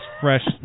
fresh